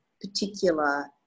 particular